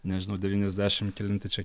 nežinau devyniasdešimt kelinti čia